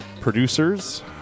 producers